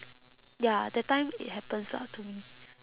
ya that time it happens lah to me